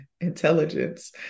intelligence